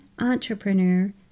entrepreneur